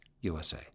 USA